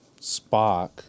Spock